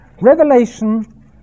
Revelation